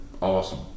awesome